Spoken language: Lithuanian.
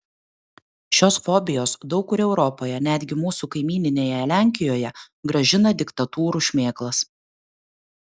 šios fobijos daug kur europoje netgi mūsų kaimyninėje lenkijoje grąžina diktatūrų šmėklas